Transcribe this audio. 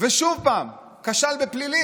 ושוב פעם כשל בפלילים.